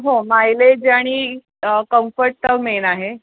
हो मायलेज आणि कम्फर्ट तर मेन आहे